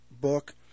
book